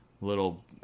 little